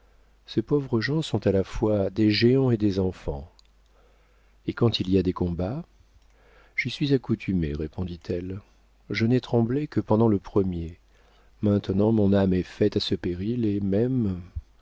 ces pauvres gens sont à la fois des géants et des enfants et quand il y a des combats j'y suis accoutumée répondit-elle je n'ai tremblé que pendant le premier maintenant mon âme est faite à ce péril et même